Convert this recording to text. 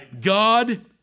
God